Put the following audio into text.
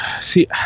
See